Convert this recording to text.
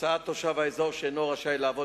הסעת תושב האזור שאינו רשאי לעבוד